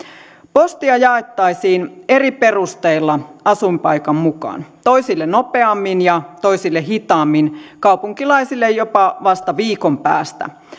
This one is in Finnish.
postia jaettaisiin eri perusteilla asuinpaikan mukaan toisille nopeammin ja toisille hitaammin kaupunkilaisille jopa vasta viikon päästä